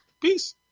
Peace